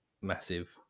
massive